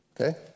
okay